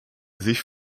sich